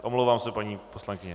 Omlouvám se, paní poslankyně.